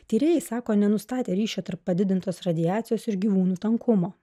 tyrėjai sako nenustatę ryšio tarp padidintos radiacijos ir gyvūnų tankumo